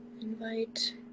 Invite